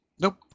Nope